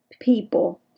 people